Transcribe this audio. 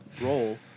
role